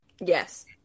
yes